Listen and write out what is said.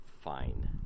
fine